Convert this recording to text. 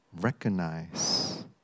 recognize